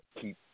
keep